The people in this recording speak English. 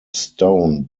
stone